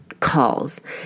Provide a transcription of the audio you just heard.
calls